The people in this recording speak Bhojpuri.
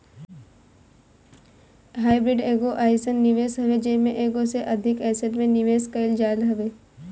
हाईब्रिड एगो अइसन निवेश हवे जेमे एगो से अधिक एसेट में निवेश कईल जात हवे